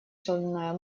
шальная